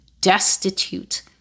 destitute